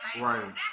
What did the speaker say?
Right